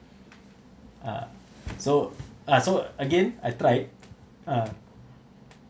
ah so ah so again I tried ah